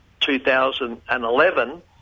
2011